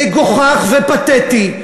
מגוחך ופתטי.